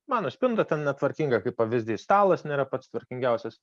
mano spinta ten netvarkinga kaip pavyzdys stalas nėra pats tvarkingiausias